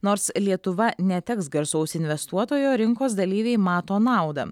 nors lietuva neteks garsaus investuotojo rinkos dalyviai mato naudą